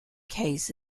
case